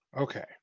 Okay